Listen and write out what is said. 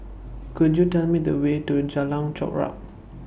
Could YOU Tell Me The Way to Jalan Chorak